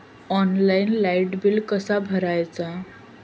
Online light bill कसा भरायचा?